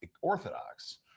Orthodox